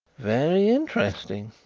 very interesting,